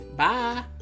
Bye